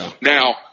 Now